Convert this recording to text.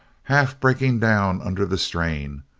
half-breaking down under the strain.